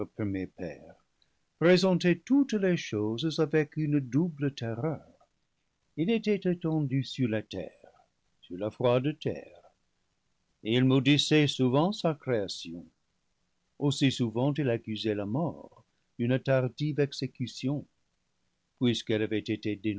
père présentaient toutes les choses avec une double terreur il était étendu sur la terre sur la froide terre et il maudissait souvent sa création aussi souvent il accusait la mort d'une tardive exécution puisqu'elle avait été